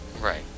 Right